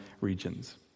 regions